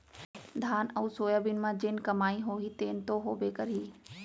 धान अउ सोयाबीन म जेन कमाई होही तेन तो होबे करही